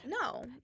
No